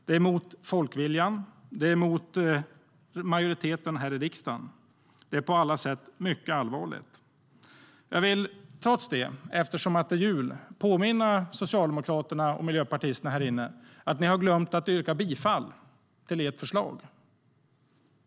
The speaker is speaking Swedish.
Det är emot folkviljan, och det är emot majoriteten här i riksdagen. Det är på alla sätt mycket allvarligt. Trots det vill jag, eftersom det är jul, påminna socialdemokraterna och miljöpartisterna här inne om att ni har glömt att yrka bifall till ert förslag.